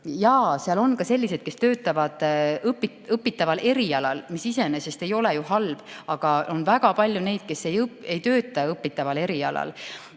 Jah, seal on selliseid, kes töötavad õpitaval erialal, mis iseenesest ei ole ju halb, aga on väga palju ka neid, kes ei tööta õpitaval erialal